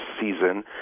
season